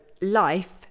life